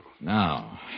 Now